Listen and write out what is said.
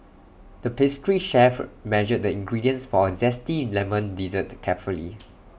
the pastry chef measured the ingredients for A Zesty Lemon Dessert carefully